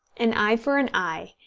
an eye for an eye,